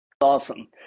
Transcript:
awesome